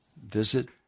visit